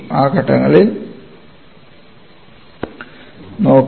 ആ ഘട്ടങ്ങളും നോക്കുക